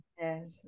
Yes